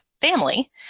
family